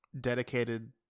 dedicated